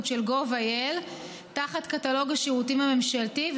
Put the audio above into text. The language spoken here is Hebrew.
של gov.il תחת קטלוג השירותים הממשלתי,